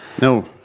No